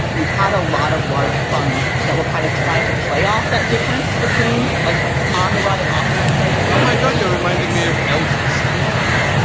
you had a lot of large funds that were kind of trying to play off that difference between like on the run and author on treasury oh, my god. you're reminding me of ltc em.